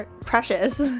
precious